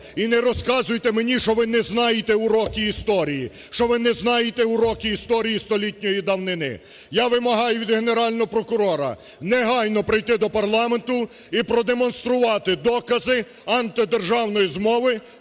і не розказуйте мені, що ви не знаєте уроки історії, що ви не знаєте уроки історії столітньої давнини. Я вимагаю від Генерального прокурора негайно прийти до парламенту і продемонструвати докази антидержавної змови